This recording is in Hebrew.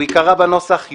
הוא ייקרא בנוסח,